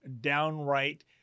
downright